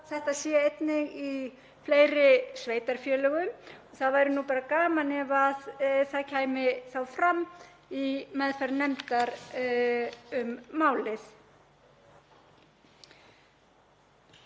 þetta sé einnig í fleiri sveitarfélögum og það væri nú bara gaman ef það kæmi þá fram í meðferð nefndar um málið.